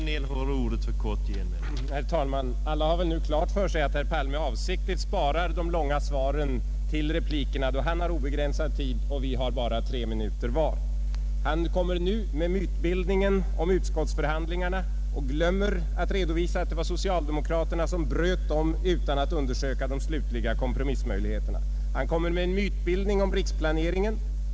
Herr talman! Alla har väl nu klart för sig att herr Palme avsiktligt sparar de långa svaren till replikerna, då han har obegränsad tid och vi bara tre minuter var. Han kommer nu med mytbildningen om utskottsförhandlingarna och glömmer att redovisa att det var socialdemokraterna som bröt dem utan att undersöka de slutliga kompromissmöjligheterna. Han kommer med en mytbildning om riksplaneringen.